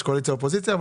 יש קואליציה ואופוזיציה,